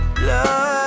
Love